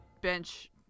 bench